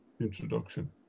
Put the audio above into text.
introduction